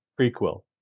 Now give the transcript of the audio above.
prequel